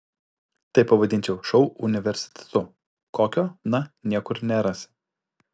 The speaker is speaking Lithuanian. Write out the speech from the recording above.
tai pavadinčiau šou universitetu kokio na niekur nerasi